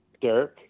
Derek